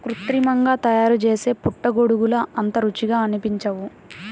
కృత్రిమంగా తయారుచేసే పుట్టగొడుగులు అంత రుచిగా అనిపించవు